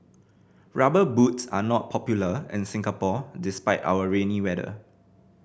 Rubber Boots are not popular in Singapore despite our rainy weather